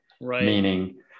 Meaning